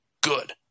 good